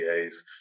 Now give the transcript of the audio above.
CAs